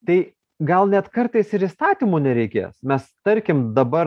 tai gal net kartais ir įstatymų nereikės mes tarkim dabar